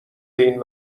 این